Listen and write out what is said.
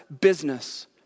business